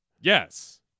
Yes